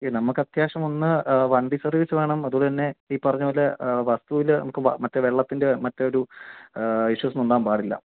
നമുക്ക് അത്യാവശ്യം ഒന്ന് വണ്ടി സർവീസ് വേണം അതുപോലെ തന്നെ ഈ പറഞ്ഞ പോലെ വസ്തുവിൽ നമുക്ക് മറ്റേ വെള്ളത്തിൻ്റെ മറ്റൊരു ഇഷ്യൂസൊന്നും ഉണ്ടാവാൻ പാടില്ല